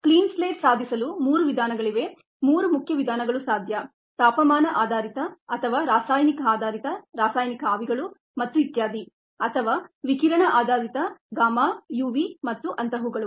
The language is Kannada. ಕ್ಲೀನ್ ಸ್ಲೇಟ್ ಸಾಧಿಸಲು ಮೂರು ವಿಧಾನಗಳಿವೆ ತಾಪಮಾನ ಆಧಾರಿತ ರಾಸಾಯನಿಕ ಆಧಾರಿತ ರಾಸಾಯನಿಕ ಆವಿಗಳು ಮತ್ತು ವಿಕಿರಣ ಆಧಾರಿತ ಗಾಮಾ UV ಮತ್ತು ಇತ್ಯಾದಿ